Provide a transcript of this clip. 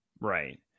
right